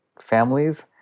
families